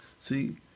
See